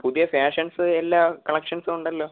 പുതിയ ഫ്യാഷൻസ് എല്ലാ കളക്ഷൻസും ഉണ്ടല്ലോ